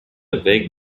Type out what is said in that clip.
vague